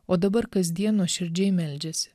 o dabar kasdien nuoširdžiai meldžiasi